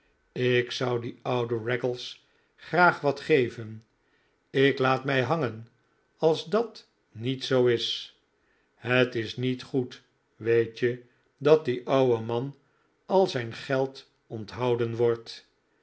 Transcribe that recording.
ik zou dien ouwen raggles graag wat geven ik laat mij hangen als dat niet zoo is het is niet goed weet je dat dien ouwen man al zijn geld onthouden wordt